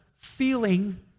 feeling